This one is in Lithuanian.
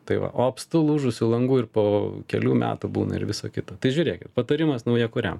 tai va o apstu lūžusių langų ir po kelių metų būna ir viso kito tai žiūrėkit patarimas naujakuriam